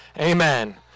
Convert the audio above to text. Amen